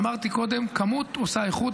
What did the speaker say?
אמרתי קודם, כמות עושה איכות.